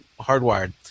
hardwired